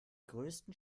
größten